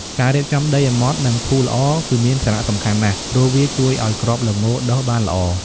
ការរៀបចំដីឲ្យម៉ត់និងធូរល្អ គឺមានសារៈសំខាន់ណាស់ ព្រោះវាជួយឲ្យគ្រាប់ល្ងដុះបានល្អ។